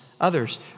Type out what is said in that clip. others